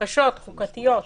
חוקתיות קשות.